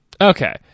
Okay